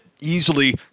easily